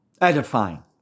edifying